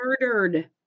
murdered